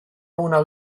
una